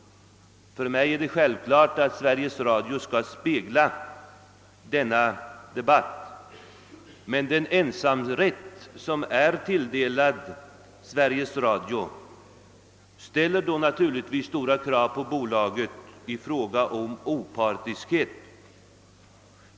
För mig är det självklart att Sveriges Radio skall spegla denna debatt. Men den ensamrätt som har tilldelats Sveriges Radio ställer naturligtvis stora krav på bolaget i fråga om opartiskhet.